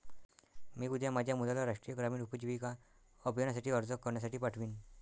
मी उद्या माझ्या मुलाला राष्ट्रीय ग्रामीण उपजीविका अभियानासाठी अर्ज करण्यासाठी पाठवीन